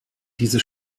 diese